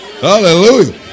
Hallelujah